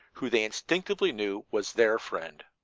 who they instinctively knew was their friend.